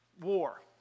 war